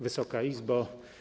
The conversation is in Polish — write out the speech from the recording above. Wysoka Izbo!